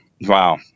Wow